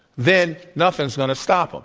then nothing is going to stop them.